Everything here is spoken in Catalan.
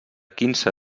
quinze